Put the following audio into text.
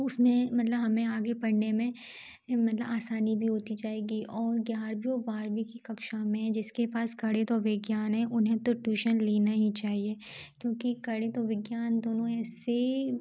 तो उस में मतलब हमे आगे पढ़ने में मतलब आसानी भी होती जाएगी और ग्यारहवीं और बारहवीं की कक्षा में जिसके पास गणित और विज्ञान है उन्हें तो ट्यूशन लेना ही चाहिए क्योंकि गणित और विज्ञान दोनों ऐसे